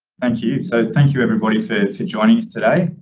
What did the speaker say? thank you. so thank you everybody for joining us today. ah,